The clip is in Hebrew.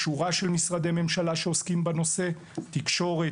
שורה של משרדי ממשלה שעוסקים בנושא - תקשורת,